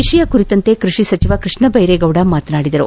ವಿಷಯ ಕುರಿತಂತೆ ಕೃಷಿ ಸಚಿವ ಕೃಷ್ಣ ಬೈರೇಗೌಡ ಮಾತನಾಡಿದರು